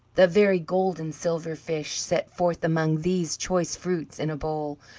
the very gold and silver fish, set forth among these choice fruits in a bowl,